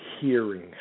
hearing